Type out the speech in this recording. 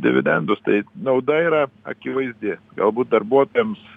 dividendus tai nauda yra akivaizdi galbūt darbuotojams